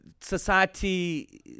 society